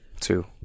Two